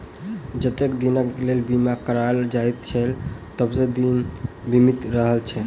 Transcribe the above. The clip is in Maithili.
जतेक दिनक लेल बीमा कराओल जाइत छै, ओतबे दिन बीमित रहैत छै